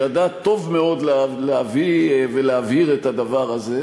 הוא ידע טוב מאוד להביא ולהבהיר את הדבר הזה,